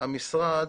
המשרד